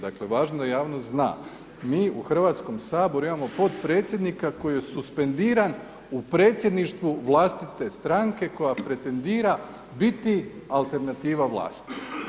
Dakle važno je da javnost zna, mi u Hrvatskom saboru imamo potpredsjednika koji je suspendiran u predsjedništvu vlastite stranke koja pretendira biti alternativa vlasti.